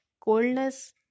Coldness